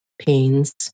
pains